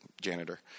janitor